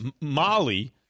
Molly